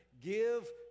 give